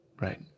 Right